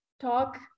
talk